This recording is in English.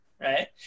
Right